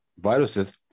viruses